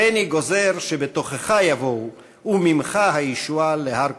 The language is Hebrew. הריני גוזר שבתוכך יבואו וממך הישועה להר קודשי.